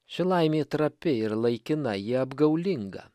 ši laimė trapi ir laikina ji apgaulinga